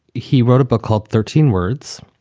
he wrote a book called thirteen words,